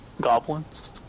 Goblins